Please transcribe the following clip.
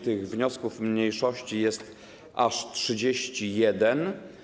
Tych wniosków mniejszości jest aż 31.